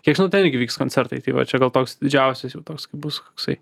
kiek žinau ten irgi vyks koncertai tai va čia gal toks didžiausias jau toks kai bus toksai